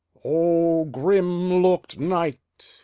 o grim-look'd night!